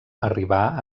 arribà